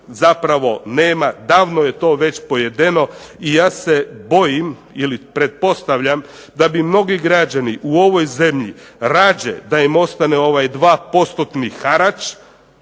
zapravo nema, davno je to već pojedeno i ja se bojim ili pretpostavljam da bi mnogi građani u ovoj zemlji rađe da im ostane ovaj 2